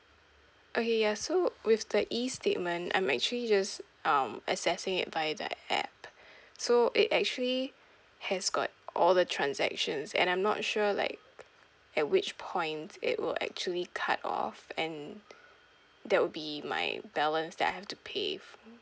okay ya so with the E statement I'm actually just um accessing it by the app so it actually has got all the transactions and I'm not sure like at which point it will actually cut off and that will be my balance that I have to pay